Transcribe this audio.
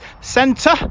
Centre